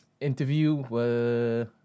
Interview